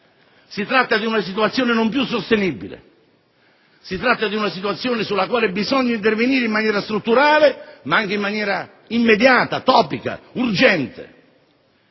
Si tratta di una situazione non più sostenibile, di una situazione sulla quale bisogna intervenire in maniera strutturale, ma anche in maniera immediata, topica, urgente.